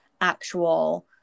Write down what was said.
actual